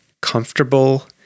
comfortable